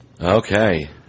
Okay